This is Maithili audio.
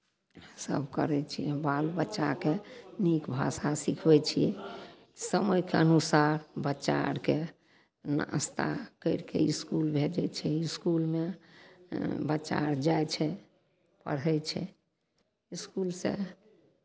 सभ करै छी बाल बच्चाकेँ नीक भाषा सिखबै छी समयके अनुसार बच्चा आरकेँ नाश्ता करि कऽ इसकुल भेजै छी इसकुलमे बच्चा आर जाइ छै पढ़ै छै इसकुलसँ